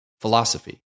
philosophy